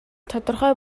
тодорхой